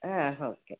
ಹಾಂ ಹೊಕೆ